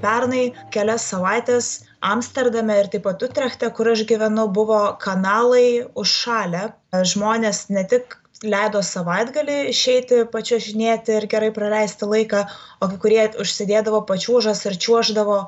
pernai kelias savaites amsterdame ir taip pat utrechte kur aš gyvenau buvo kanalai užšalę žmonės ne tik leido savaitgalį išeiti pačiuožinėti ir gerai praleisti laiką o kai kurie užsidėdavo pačiūžas ir čiuoždavo